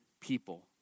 people